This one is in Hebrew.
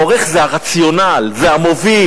העורך זה הרציונל, זה המוביל,